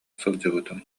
сылдьыбытым